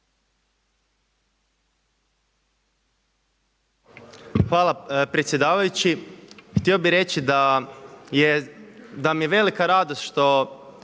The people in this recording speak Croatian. Hvala predsjedavajući. Htio bih reći da mi je velika radost što